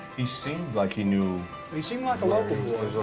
he seemed like he knew he seemed like a local boy.